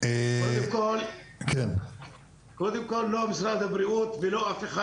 קודם כל, לא משרד הבריאות ולא אף אחד.